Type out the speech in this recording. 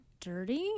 dirty